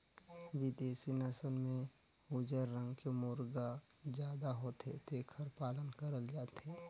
बिदेसी नसल में उजर रंग के मुरगा जादा होथे जेखर पालन करल जाथे